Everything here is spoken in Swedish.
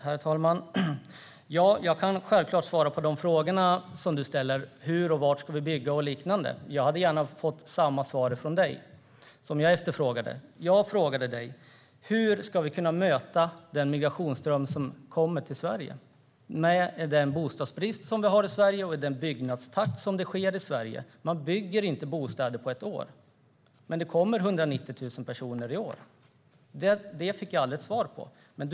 Herr talman! Jag kan självklart svara på de frågor som du ställer om hur och var det ska byggas och liknande. Jag hade gärna velat ha svar från dig på det som jag efterfrågade. Jag frågade dig: Hur ska vi kunna möta den migrationsström som kommer till Sverige med tanke på den bostadsbrist som vi har och med tanke på byggnadstakten? Man bygger inte bostäder på ett år, men det kommer 190 000 personer i år. Jag fick aldrig svar på den frågan.